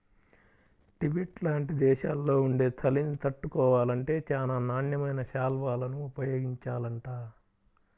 Tibet లాంటి దేశాల్లో ఉండే చలిని తట్టుకోవాలంటే చానా నాణ్యమైన శాల్వాలను ఉపయోగించాలంట